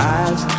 eyes